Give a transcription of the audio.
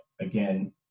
again